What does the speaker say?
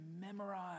memorize